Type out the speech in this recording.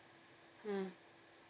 mm